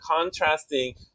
contrasting